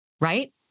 Right